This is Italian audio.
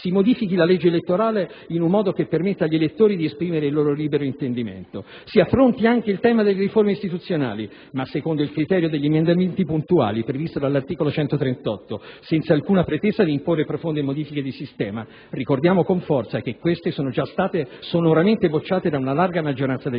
si modifichi la legge elettorale in un modo che permetta agli elettori di esprimere il loro libero intendimento. Si affronti anche il tema delle riforme costituzionali, ma secondo il criterio degli emendamenti puntuali, previsto dall'articolo 138, senza alcuna pretesa di imporre profonde modifiche di sistema. Ricordiamo con forza che queste sono già state sonoramente bocciate da una larga maggioranza degli italiani.